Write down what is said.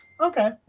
Okay